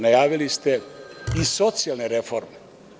Najavili ste i socijalne reforme.